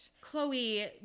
Chloe